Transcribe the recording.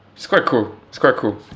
it's quite cool it's quite cool